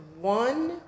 one